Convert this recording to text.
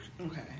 Okay